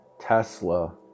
Tesla